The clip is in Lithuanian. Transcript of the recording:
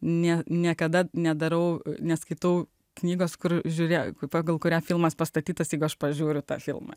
ne niekada nedarau nes kitų knygos kur žiūrėk pagal kurią filmas pastatytas tik aš pažiūriu tą filmą